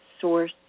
source